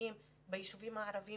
החברתיים ביישובים הערביים